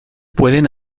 pueden